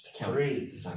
Three